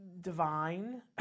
divine